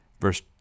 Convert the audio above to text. Verse